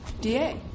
DA